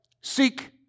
Seek